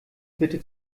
bitte